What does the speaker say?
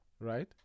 right